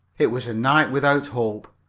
it was a night without hope,